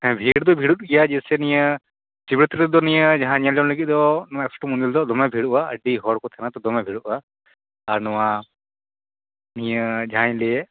ᱦᱮᱸ ᱵᱷᱤᱲ ᱫᱚ ᱵᱷᱤᱲᱚᱜ ᱜᱮᱭᱟ ᱡᱟ ᱭᱥᱮ ᱱᱤᱭᱟᱹ ᱥᱤᱵᱚᱨᱟᱛᱨᱤ ᱨᱮᱫᱚ ᱱᱤᱭᱟᱹ ᱡᱟᱦᱟᱸ ᱧᱮᱞᱡᱚᱝ ᱞᱟ ᱜᱤᱫ ᱫᱚ ᱱᱚᱣᱟ ᱥᱤᱵᱽ ᱢᱚᱱᱫᱤᱨ ᱫᱚ ᱫᱚᱢᱮ ᱵᱷᱤᱲᱚᱜᱼᱟ ᱟ ᱰᱤ ᱦᱚᱲᱠᱚ ᱛᱟᱦᱮᱱᱟᱛᱚ ᱫᱚᱢᱮ ᱵᱷᱤᱲᱚᱜᱼᱟ ᱟᱨ ᱱᱚᱣᱟ ᱱᱤᱭᱟᱹ ᱡᱟᱦᱟᱸᱧ ᱞᱟ ᱭᱮᱫ